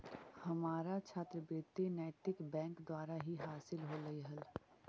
हमारा छात्रवृति नैतिक बैंक द्वारा ही हासिल होलई हल